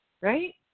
right